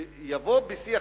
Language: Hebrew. שיבוא בשיח,